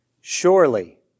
Surely